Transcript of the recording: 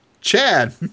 Chad